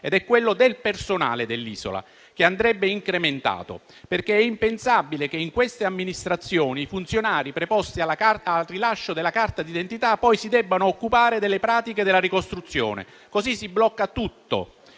che è quello del personale amministrativo dell'isola, che andrebbe incrementato. È impensabile, infatti, che in queste amministrazioni i funzionari preposti al rilascio della carta d'identità poi si debbano occupare delle pratiche della ricostruzione. Così si blocca tutto.